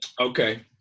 okay